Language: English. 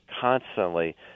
constantly